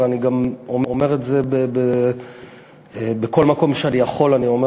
אבל אני גם אומר את זה בכל מקום שאני יכול ואני אומר